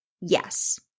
yes